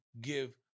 give